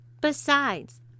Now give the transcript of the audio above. Besides